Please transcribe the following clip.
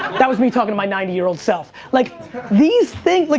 that was me talking to my ninety year old self. like these things, like